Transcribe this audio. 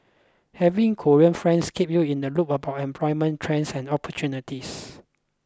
having Korean friends keep you in the loop about employment trends and opportunities